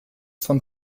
von